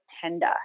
tender